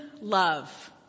love